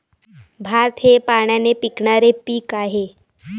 भात हे पाण्याने पिकणारे पीक आहे